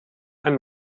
ein